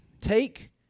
take